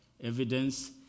Evidence